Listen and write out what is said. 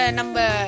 number